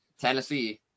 Tennessee